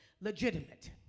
legitimate